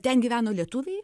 ten gyveno lietuviai